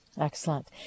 Excellent